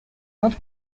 odd